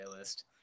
playlist